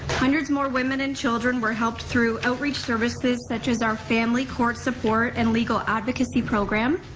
hundreds more women and children were helped through outreach services such as our family court support and legal advocacy program,